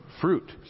fruit